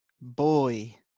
Boy